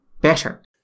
better